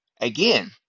Again